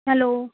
hello